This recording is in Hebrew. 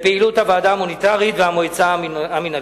בפעילות הוועדה המוניטרית והמועצה המינהלית.